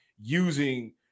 using